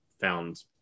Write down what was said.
found